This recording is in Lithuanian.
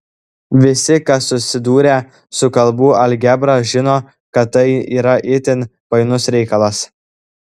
visi kas susidūrę su kalbų algebra žino kad tai yra itin painus reikalas